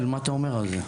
מה אתה אומר על זה?